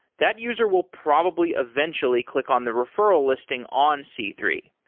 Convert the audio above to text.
that user will probably eventually click on the referral listing on c three.